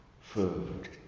food